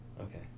Okay